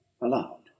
aloud